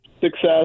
success